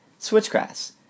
switchgrass